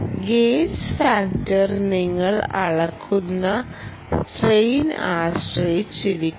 gauge factor നിങ്ങൾ അളക്കുന്ന സ്ട്രെയിനിനെ ആശ്രയിച്ചിരിക്കും